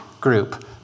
group